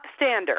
upstander